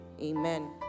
amen